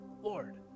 Lord